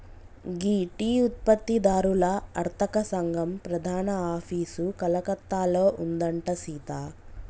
గీ tea ఉత్పత్తి దారుల అర్తక సంగం ప్రధాన ఆఫీసు కలకత్తాలో ఉందంట సీత